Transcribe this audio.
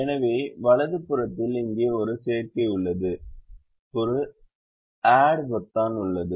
எனவே வலது புறத்தில் இங்கே ஒரு சேர்க்கை உள்ளது ஒரு ஆட் பொத்தான் உள்ளது